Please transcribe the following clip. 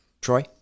Troy